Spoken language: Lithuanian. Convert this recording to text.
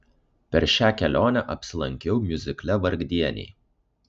per šią kelionę apsilankiau miuzikle vargdieniai